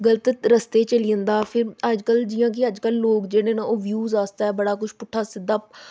गल्त रस्ते च चली जंदा फिर जि'यां कि अजकल्ल लोग जेह्ड़े न वियूस आस्तै बड़ा कुछ पुट्ठा सिद्धा